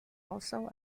also